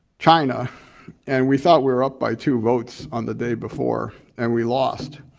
china and we thought we were up by two votes on the day before and we lost.